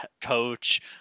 coach